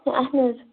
ہَے اَہَن حظ